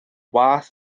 waeth